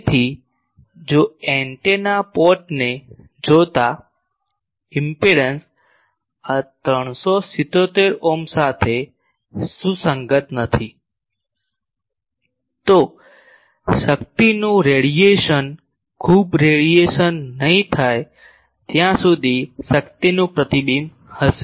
તેથી જો એન્ટેના પોર્ટને જોતા ઈમ્પેડંસ આ 377 ઓહ્મ સાથે સુસંગત નથી તો શક્તિનું રેડીએશન ખૂબ રેડીએશન નહીં થાય ત્યાં શક્તિનું પ્રતિબિંબ હશે